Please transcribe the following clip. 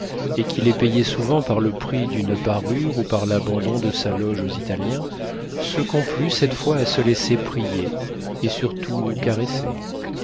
et qui les payait souvent par le prix d'une parure ou par l'abandon de sa loge aux italiens se complut cette fois à se laisser prier et surtout caresser